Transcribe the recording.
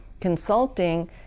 consulting